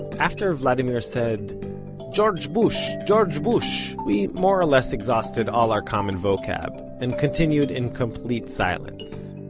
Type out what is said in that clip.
after vladimir said george bush, george bush, we more or less exhausted all our common vocab, and continued in complete silence.